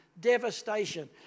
devastation